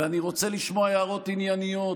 ואני רוצה לשמוע הערות ענייניות,